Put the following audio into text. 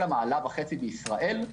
כל המעלה וחצי בישראל,